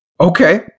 okay